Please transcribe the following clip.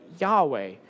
Yahweh